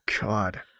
God